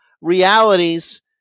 realities